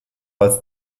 als